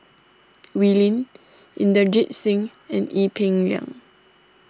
Wee Lin Inderjit Singh and Ee Peng Liang